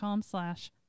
slash